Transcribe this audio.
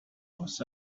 was